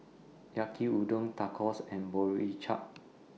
Yaki Udon Tacos and Boribap